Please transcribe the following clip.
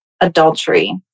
adultery